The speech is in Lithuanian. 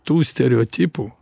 tų stereotipų